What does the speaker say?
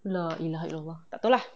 la ilaha illallah tak tahu lah